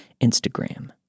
Instagram